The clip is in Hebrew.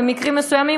במקרים מסוימים,